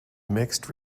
mixed